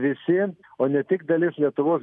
visi o ne tik dalis lietuvos